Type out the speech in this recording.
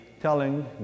telling